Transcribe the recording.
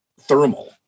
thermal